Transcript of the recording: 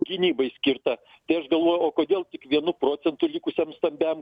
gynybai skirtą tai aš galvoju o kodėl taip vienu procentu likusiam stambiam